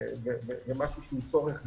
ומשהו שהוא צורך גדול,